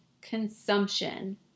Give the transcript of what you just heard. consumption